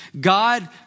God